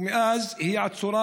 ומאז היא עצורה